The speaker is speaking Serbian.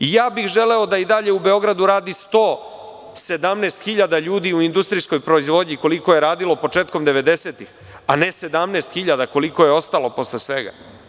I želeo bih da i dalje u Beogradu radi 117.000 ljudi u industrijskoj proizvodnji, koliko je radilo početkom 90-ih, a ne 17.000 koliko je ostalo posle svega.